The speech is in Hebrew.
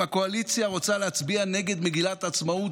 אם הקואליציה רוצה להצביע נגד מגילת העצמאות,